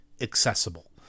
accessible